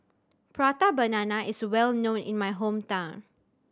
Prata Banana is well known in my hometown